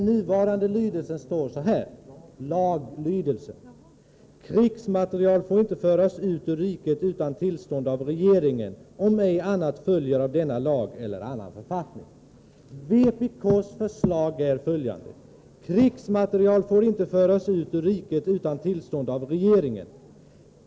I nuvarande lydelse står följande: ”Krigsmateriel får inte föras ut ur riket utan tillstånd av regeringen, om ej annat följer av denna lag eller annan författning.” Vpk har följande förslag: Krigsmateriel får inte föras ut ur riket utan tillstånd av regeringen.